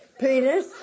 penis